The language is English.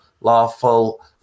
lawful